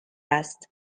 است